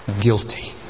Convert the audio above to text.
guilty